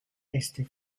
éste